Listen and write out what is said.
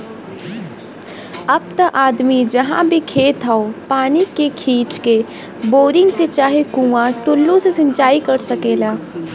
अब त आदमी जहाँ भी खेत हौ पानी के खींच के, बोरिंग से चाहे कुंआ टूल्लू से सिंचाई कर सकला